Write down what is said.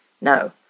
No